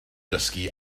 dysgu